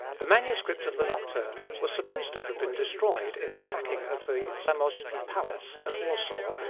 the manuscript of the nocturne was supposed to have been destroyed in the sacking of the zamojski palace, at warsaw,